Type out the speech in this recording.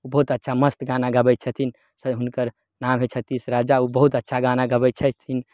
ओ बहुत अच्छा मस्त गाना गबै छथिन तऽ हुनकर नाँव हइ छतीश राजा ओ बहुत अच्छा गाना गबै छथिन